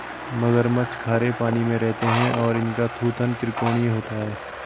मगरमच्छ खारे पानी में रहते हैं और इनका थूथन त्रिकोणीय होता है